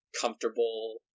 comfortable